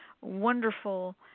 wonderful